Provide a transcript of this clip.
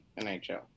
NHL